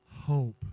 hope